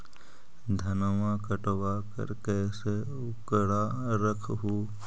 धनमा कटबाकार कैसे उकरा रख हू?